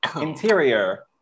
Interior